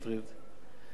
שהן הצעות טובות,